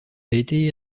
été